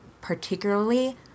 particularly